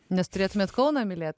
nes turėtumėt kauną mylėt